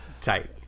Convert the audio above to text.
Tight